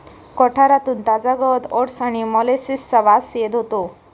कोठारातून ताजा गवत ओट्स आणि मोलॅसिसचा वास येत होतो